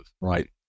right